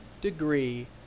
degree